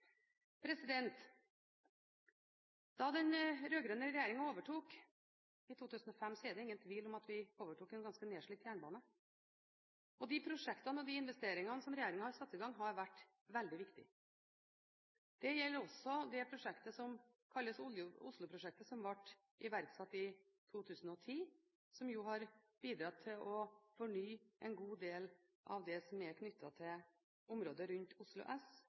Da den rød-grønne regjeringen overtok i 2005, er det ingen tvil om at vi overtok en ganske nedslitt jernbane. De prosjektene og de investeringene regjeringen har satt i gang, har vært veldig viktige. Det gjelder også det prosjektet som kalles Osloprosjektet, som ble iverksatt i 2010, og som har bidratt til å fornye en god del av det som er knyttet til området rundt Oslo S